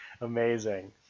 Amazing